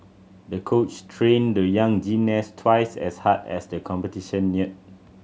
the coach trained the young gymnast twice as hard as the competition neared